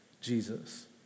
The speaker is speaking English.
Jesus